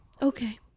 okay